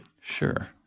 Sure